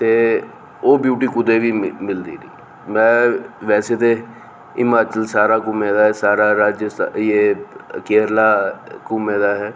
ते ओह् ब्यूटी कुदै बी मिलदी नेईं ऐ में बैसे ते हिमाचल सारा घुमे दा ऐ सारा राजस्था एह् केरला घुमे दा ऐ